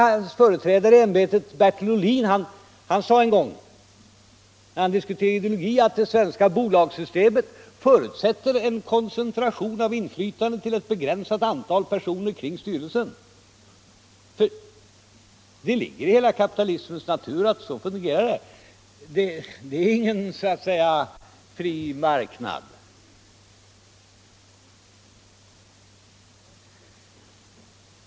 Hans företrädare i ämbetet Bertil Ohlin sade en gång när han diskuterade ideologi, att det svenska bolagssystemet förutsätter en koncentration av inflytande till ett begränsat antal personer kring styrelsen. Det ligger i hela kapitalismens natur att den fungerar så. Det är ingen så att säga fri marknad.